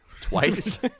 Twice